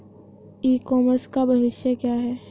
ई commerce का भविष्य क्या है?